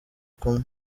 kumwe